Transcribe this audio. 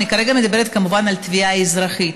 אני כרגע מדברת כמובן על תביעה אזרחית.